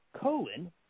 colon